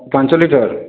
ପାଞ୍ଚ ଲିଟର